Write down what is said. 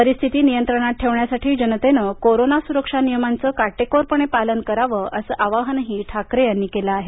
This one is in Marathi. परिस्थिती नियंत्रणात ठेवण्यासाठी जनतेनं कोरोना सुरक्षा नियमांचं काटेकोरपणे पालन करावं असं आवाहनही ठाकरे यांनी केलं आहे